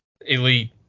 elite